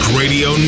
radio